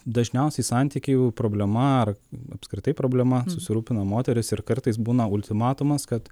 dažniausiai santykių problema ar apskritai problema susirūpina moteris ir kartais būna ultimatumas kad